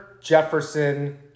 Jefferson